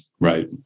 right